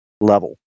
level